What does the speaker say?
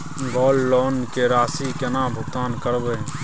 Gold loan के राशि केना भुगतान करबै?